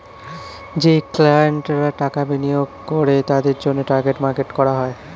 যেই ক্লায়েন্টরা টাকা বিনিয়োগ করে তাদের জন্যে টার্গেট মার্কেট করা হয়